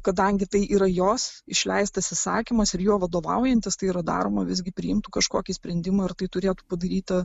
kadangi tai yra jos išleistas įsakymas ir juo vadovaujantis tai yra daroma visgi priimtų kažkokį sprendimą ir tai turėtų padaryta